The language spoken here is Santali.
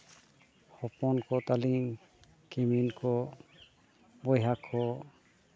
ᱦᱚᱯᱚᱱ ᱠᱚ ᱛᱟᱹᱞᱤᱧ ᱠᱤᱢᱤᱱ ᱠᱚ ᱵᱚᱭᱦᱟ ᱠᱚ